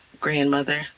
grandmother